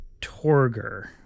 Torger